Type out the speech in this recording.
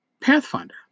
Pathfinder